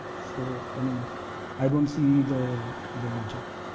so, i mean i don't see the the logic.